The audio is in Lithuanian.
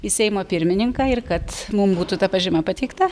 į seimo pirmininką ir kad mum būtų ta pažyma pateikta